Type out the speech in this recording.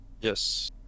yes